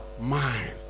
mind